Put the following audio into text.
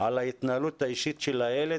על ההתנהלות האישית של הילד,